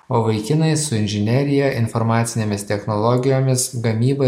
o vaikinai su inžinerija informacinėmis technologijomis gamyba ir